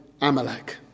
Amalek